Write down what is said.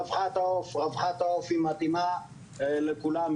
רווחת העוף היא מתאימה לכולם.